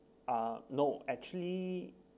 uh no actually